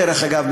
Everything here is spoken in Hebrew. דרך אגב,